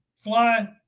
Fly